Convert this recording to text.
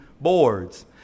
boards